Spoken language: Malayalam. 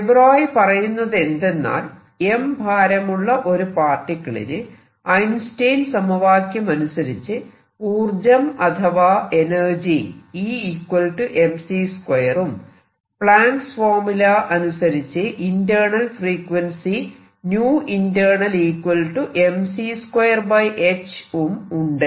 ദെ ബ്രോയി പറയുന്നതെന്തെന്നാൽ m ഭാരമുള്ള ഒരു പാർട്ടിക്കിളിന് ഐൻസ്റ്റൈൻ സമവാക്യമനുസരിച്ച് ഊർജം അഥവാ എനർജി E mc2 ഉം പ്ലാങ്ക്സ് ഫോർമുല അനുസരിച്ച് ഇന്റേണൽ ഫ്രീക്വൻസി 𝜈internal mc2h ഉം ഉണ്ട്